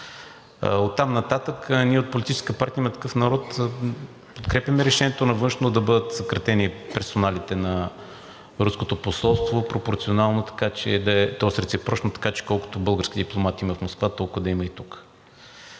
Оттам нататък ние от Политическа партия „Има такъв народ“ подкрепяме решението на Външно да бъдат съкратени персоналите на руското посолство реципрочно, така че колкото български дипломати има в Москва, толкова да има и тук.